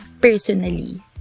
personally